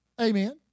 Amen